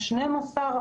יש 12 מעברים,